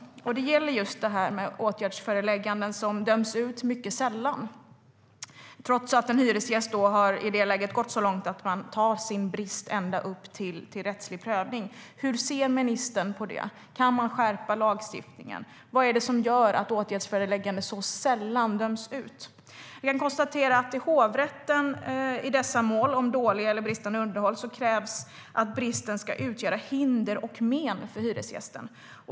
Det gäller åtgärdsförelägganden, som döms ut mycket sällan trots att en hyresgäst i det läget gått så långt att man tar upp sin brist till rättslig prövning. Hur ser ministern på det? Kan man skärpa lagstiftningen? Vad är det som gör att åtgärdsförelägganden så sällan döms ut? Vi kan konstatera att hovrätten i mål om dåligt eller bristande underhåll kräver att bristen ska utgöra hinder och men för hyresgästen.